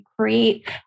create